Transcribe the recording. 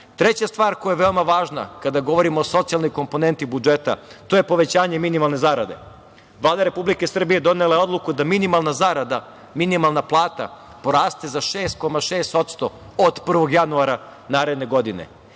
BDP.Treća stvar koja je veoma važna kada govorimo o socijalnoj komponenti budžeta, to je povećanje minimalne zarade. Vlada Republike Srbije donela je odluku da minimalna zarada, minimalna plata poraste za 6,6% od 1. januara naredne godine.